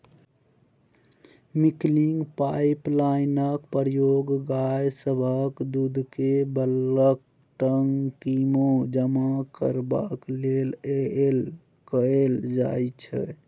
milking पाइपलाइनक प्रयोग गाय सभक दूधकेँ बल्कक टंकीमे जमा करबाक लेल कएल जाइत छै